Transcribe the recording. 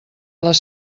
les